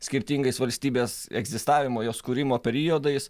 skirtingais valstybės egzistavimo jos kūrimo periodais